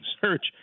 search